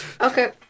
Okay